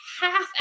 half